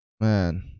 man